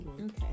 Okay